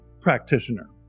Practitioner